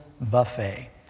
buffet